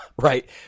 right